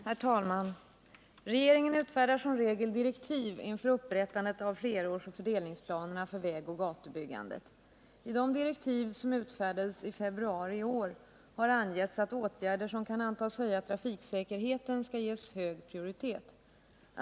Herr talman! Regeringen utfärdar som regel direktiv inför upprättandet av flerårsoch fördelningsplanerna för vägoch gatubyggandet. I de direktiv som utfärdades i februari i år har angivits att åtgärder som kan antas höja trafiksäkerheten skall ges hög prioritet.